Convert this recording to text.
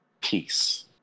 peace